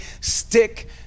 stick